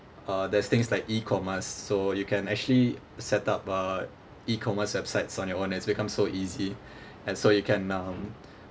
uh there's things like E_commerce so you can actually set up a E_commerce websites on your own it's become so easy and so you can um